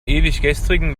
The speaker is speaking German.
ewiggestrigen